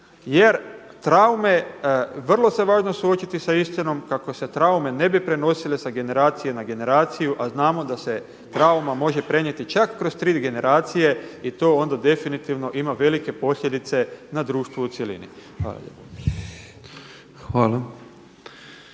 jer traume vrlo se važno suočiti sa istinom kako se traume ne bi prenosile sa generacije na generaciju a znamo da se trauma može prenijeti čak kroz tri generacije i to onda definitivno ima velike posljedice na društvo u cjelini. Hvala